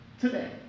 today